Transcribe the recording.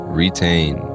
retain